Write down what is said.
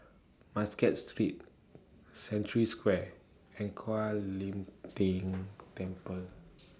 Muscat Street Century Square and Kuan Im Tng Temple